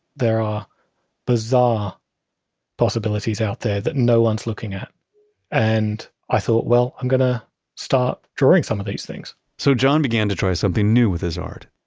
there are bizarre possibilities out there that no one's looking at and i thought, well i'm going to start drawing some of these things. so john began to try something new with his art,